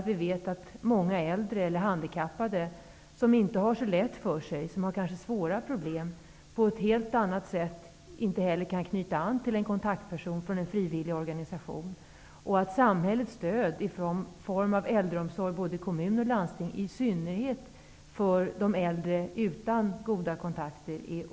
Vi vet att många äldre eller handikappade inte har så lätt för sig. De har kanske svåra problem och kan inte så lätt knyta an till en person från en frivilligorganisation. Det är oerhört väsentligt med samhällets stöd i form av äldreomsorg i både kommuner och landsting. Detta gäller i synnerhet de äldre utan goda kontakter.